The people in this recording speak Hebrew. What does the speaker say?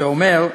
שאומר: